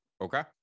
okay